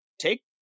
take